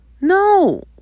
no